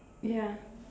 ya